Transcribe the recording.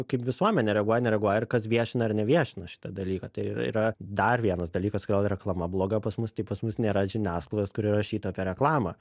kaip visuomenė reaguoja nereaguoja ir kas viešina ar neviešina šitą dalyką tai yra dar vienas dalykas kodėl reklama bloga pas mus tai pas mus nėra žiniasklaidos kuri rašytų apie reklamą